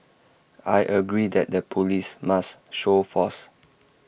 I agree that the Police must show force